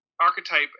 archetype